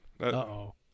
Uh-oh